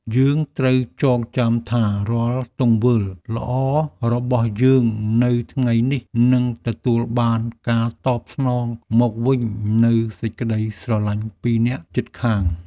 យើងត្រូវចងចាំថារាល់ទង្វើល្អរបស់យើងនៅថ្ងៃនេះនឹងទទួលបានការតបស្នងមកវិញនូវសេចក្តីស្រឡាញ់ពីអ្នកជិតខាង។